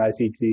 ICT